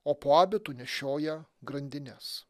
o po abitu nešioja grandines